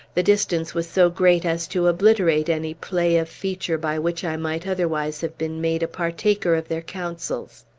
the distance was so great as to obliterate any play of feature by which i might otherwise have been made a partaker of their counsels.